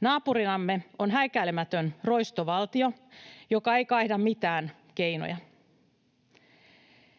Naapurinamme on häikäilemätön roistovaltio, joka ei kaihda mitään keinoja.